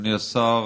אדוני השר,